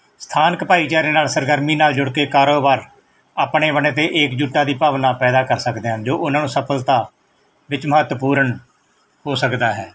ਸਥਾਨਕ ਭਾਈਚਾਰੇ ਨਾਲ ਸਰਗਰਮੀ ਨਾਲ ਜੁੜ ਕੇ ਕਾਰੋਬਾਰ ਆਪਣੇ ਬਣੇ ਅਤੇ ਇਕਜੁਟਤਾ ਦੀ ਭਾਵਨਾ ਪੈਦਾ ਕਰ ਸਕਦੇ ਹਨ ਜੋ ਉਹਨਾਂ ਨੂੰ ਸਫਲਤਾ ਵਿੱਚ ਮਹੱਤਵਪੂਰਨ ਹੋ ਸਕਦਾ ਹੈ